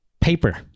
Paper